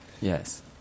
yes